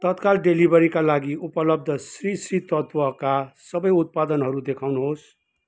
तत्काल डेलिभरीका लागि उपलब्द श्री श्री तत्त्वका सबै उत्पादनहरू देखाउनुहोस्